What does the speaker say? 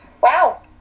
Wow